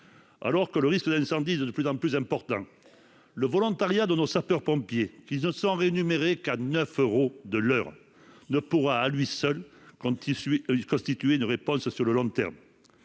alors que le risque d'incendie est de plus en plus important, le volontariat de nos sapeurs-pompiers, qui sont seulement rémunérés neuf euros de l'heure, ne pourra à lui seul constituer une réponse sur le long terme.